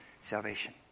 salvation